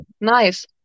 nice